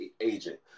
agent